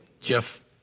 Jeff